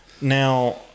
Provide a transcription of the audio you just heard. Now